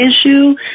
issue